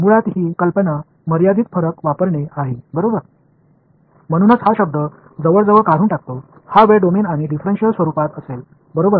मुळात ही कल्पना मर्यादित फरक वापरणे आहे बरोबर म्हणूनच हा शब्द जवळजवळ काढून टाकतो हा वेळ डोमेन आणि डिफरेन्शिएल स्वरूपात असेल बरोबर